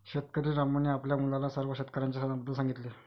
शेतकरी रामूने आपल्या मुलाला सर्व शेतकऱ्यांच्या सणाबद्दल सांगितले